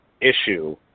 issue